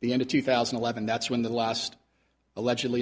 the end of two thousand and eleven that's when the last allegedly